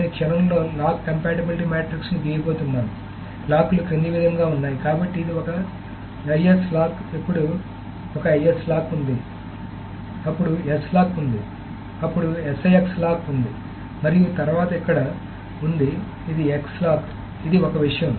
నేను క్షణంలో lock compatibility matrix ను గీయబోతున్నాను లాక్ లు క్రింది విధంగా ఉన్నాయి కాబట్టి ఇది ఒక IS లాక్ అప్పుడు ఒక IX లాక్ ఉంది అప్పుడు S లాక్ ఉంది అప్పుడు SIX లాక్ ఉంది తర్వాత అక్కడ ఉంది ఇది X లాక్ ఇది ఒక విషయం